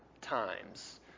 times